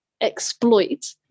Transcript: exploit